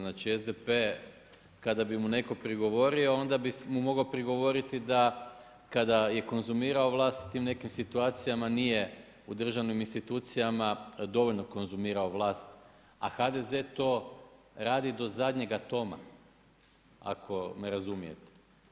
Znači SDP-e kada bi mu netko prigovorio onda bi mu mogao prigovoriti da kada je konzumirao vlast u tim nekim situacijama nije u državnim institucijama dovoljno konzumirao vlast, a HDZ-e to radi do zadnjeg atoma ako me razumijete.